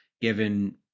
given